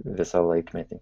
visą laikmetį